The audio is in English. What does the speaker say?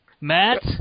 Matt